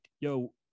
yo